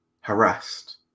harassed